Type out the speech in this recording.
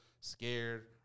scared